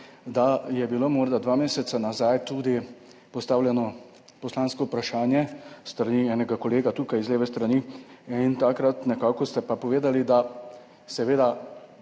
da je bilo morda dva meseca nazaj tudi postavljeno poslansko vprašanje s strani enega kolega tukaj z leve straniin takrat ste povedali, da seveda